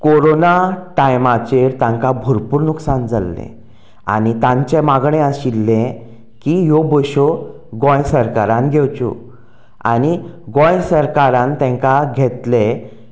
corona टायमाचेर तांकां भरपूर लुकसाण जाल्लें आनी तांचें मागणें आशिल्लें की ह्यो बसी गोंय सरकारान घेवच्यो आनी गोंय सरकारान त्यो घेतल्यो